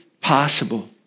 possible